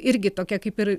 irgi tokia kaip ir